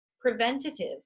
preventative